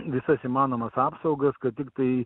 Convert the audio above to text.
visas įmanomas apsaugas kad tiktai